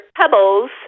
pebbles